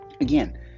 Again